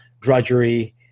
drudgery